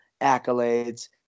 accolades